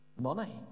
money